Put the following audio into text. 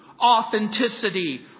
authenticity